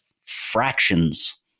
fractions